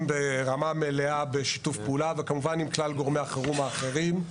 ברמה מלאה בשיתוף פעולה וכמובן עם כלל גורמים החירום האחרים.